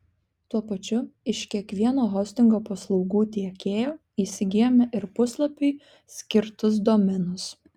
tuo pačiu iš kiekvieno hostingo paslaugų tiekėjo įsigijome ir puslapiui skirtus domenus